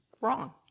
wrong